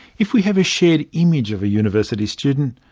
if we have a shared image of a university student,